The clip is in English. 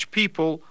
people